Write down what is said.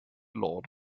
lord